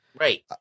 Right